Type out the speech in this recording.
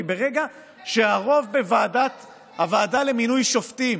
כי ברגע שבוועדה למינוי שופטים